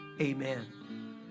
Amen